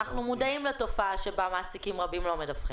אנחנו מודעים לתופעה בה מעסיקים רבים לא מדווחים.